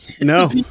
No